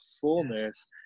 fullness